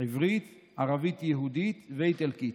עברית, ערבית יהודית ואיטלקית.